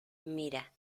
mira